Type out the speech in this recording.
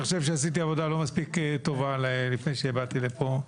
אני חושב שעשיתי עבודה לא מספיק טובה לפני שבאתי לפה.